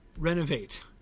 renovate